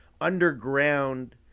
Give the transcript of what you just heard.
underground